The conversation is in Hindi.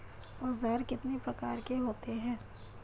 औज़ार कितने प्रकार के होते हैं?